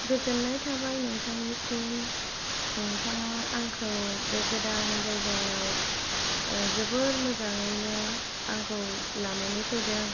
गोजोननाय थाबाय नोंथांनिसिम नोंथाङा आंखौ बे गोदान जायगायाव जोबोर मोजाङैनो आंखौ लानानै फैदों